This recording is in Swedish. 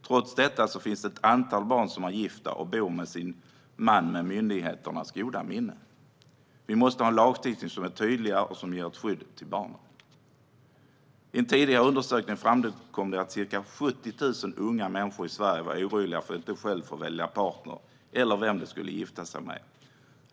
Trots detta finns det ett antal barn som är gifta och bor med sina män med myndigheternas goda minne. Det måste finnas en lagstiftning som är tydligare och som ger ett skydd till barnen. I en tidigare undersökning framkom att ca 70 000 unga människor i Sverige var oroliga över att de själva inte ska få välja partner eller vem de ska få gifta sig med.